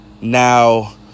now